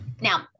Now